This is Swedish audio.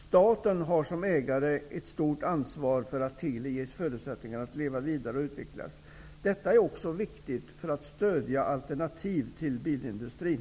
Staten har som ägare ett stort ansvar för att Teli ges förutsättningar att leva vidare och utvecklas. Detta är också viktigt för att stödja alternativ till bilindustrin.